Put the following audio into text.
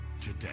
today